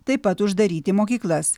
taip pat uždaryti mokyklas